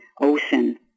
ocean